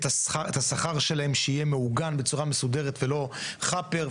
את השכר שלהם שיהיה מעוגן בצורה מסודרת ולא חאפר.